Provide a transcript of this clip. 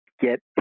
get